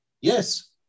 Yes